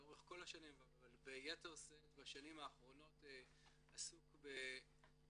לאורך כל השנים אבל ביתר שאת בשנים האחרונות עסוק בשימור